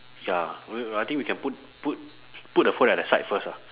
ya I think we can put put put the phone at the side first ah